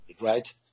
right